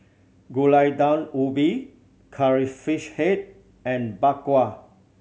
Gulai Daun Ubi Curry Fish Head and Bak Kwa